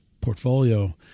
portfolio